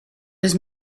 his